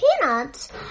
Peanuts